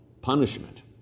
punishment